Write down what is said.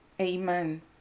Amen